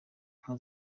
nka